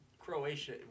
Croatia